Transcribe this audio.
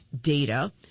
data